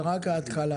זה רק ההתחלה.